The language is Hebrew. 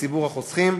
לציבור החוסכים.